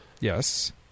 yes